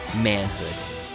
Manhood